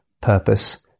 purpose